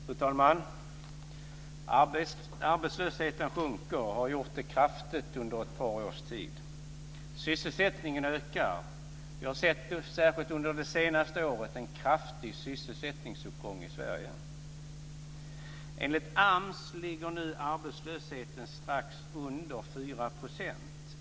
Fru talman! Arbetslösheten sjunker och har gjort det kraftigt under ett par års tid. Sysselsättningen ökar. Särskilt under det senaste året har vi sett en kraftig sysselsättningsuppgång i Sverige. Enligt AMS ligger nu arbetslösheten strax under 4 %.